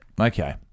okay